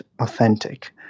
authentic